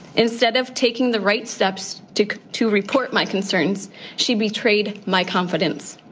instead of taking the right steps to to report my concerns she betrayed my confidence.